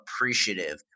appreciative